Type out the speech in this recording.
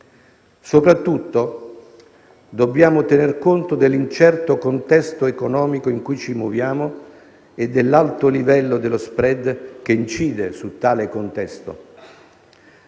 Soprattutto, dobbiamo tener conto dell'incerto contesto economico in cui ci muoviamo e dell'alto livello dello *spread*, che incide su tale contesto.